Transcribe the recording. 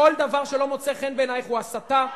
כל דבר שלא מוצא חן בעינייך הוא הסתה,